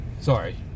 Sorry